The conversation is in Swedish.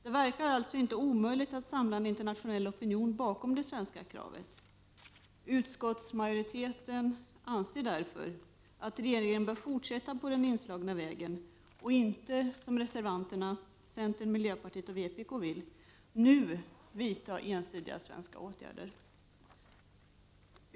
Det verkar alltså inte omöjligt att samla en internationell opinion bakom det svenska kravet. Utskottsmajoriteten anser därför att regeringen bör fortsätta på den inslagna vägen och inte som reservanterna — centern, miljöpartiet och vpk — vill nu vidtaga ensidiga svenska åtgärder.